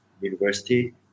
university